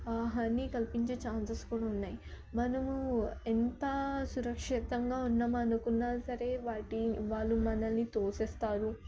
హాని కల్పించే ఛాన్సెస్ కూడా ఉన్నాయి మనము ఎంత సురక్షితంగా ఉన్నాం అననుకున్న సరే వాల్ టీం వాళ్ళు మనలని తోస్తారు